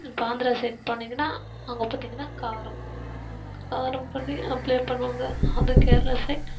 இப்போ ஆந்திரா சைடு போனீங்கனா அங்கே பார்த்திங்கனா காரம் காரம் பண்ணி அப்ளை பண்ணுவாங்க அது கேரளா சைட்